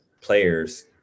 players –